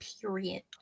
Period